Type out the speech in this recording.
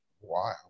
Wow